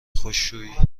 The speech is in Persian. خشکشویی